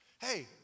Hey